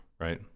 right